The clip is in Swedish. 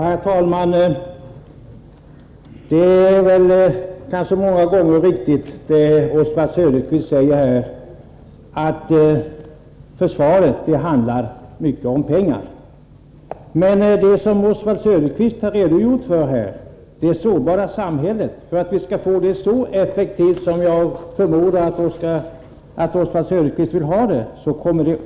Herr talman! Det är kanske många gånger riktigt som Oswald Söderqvist säger, att försvaret handlar mycket om pengar. Men det som Oswald Söderqvist har redogjort för här, det sårbara samhället, kommer också att kosta mycket pengar om vi skall få det så effektivt som jag förmodar att Oswald Söderqvist vill ha det.